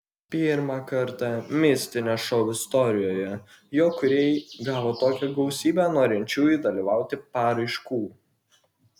pirmą kartą mistinio šou istorijoje jo kūrėjai gavo tokią gausybę norinčiųjų dalyvauti paraiškų